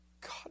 God